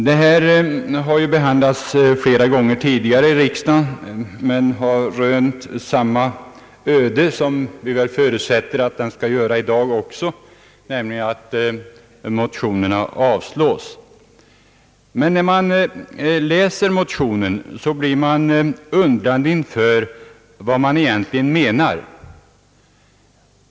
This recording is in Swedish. Denna fråga har behandlats flera gånger tidigare i riksdagen, men har rönt samma öde som vi väl förutsätter att den skall göra i dag också, nämligen att motionerna avslås. När man läser motionerna undrar man vad motionärerna egentligen menar.